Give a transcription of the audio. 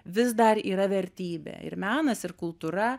vis dar yra vertybė ir menas ir kultūra